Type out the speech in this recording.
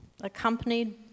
accompanied